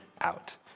out